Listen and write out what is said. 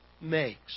makes